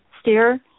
steer